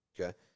Okay